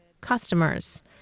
customers